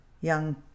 young